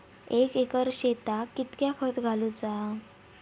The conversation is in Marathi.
एक एकर शेताक कीतक्या खत घालूचा?